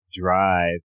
drive